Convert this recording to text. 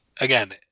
again